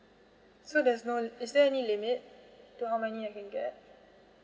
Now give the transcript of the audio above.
so there's no li~ is there any limit to how many I can get